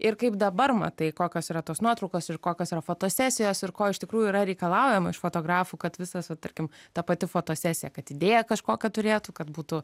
ir kaip dabar matai kokios yra tos nuotraukos ir kokios yra fotosesijos ir ko iš tikrųjų yra reikalaujama iš fotografų kad visas va tarkim ta pati fotosesija kad idėją kažkokią turėtų kad būtų